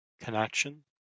connection